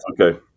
okay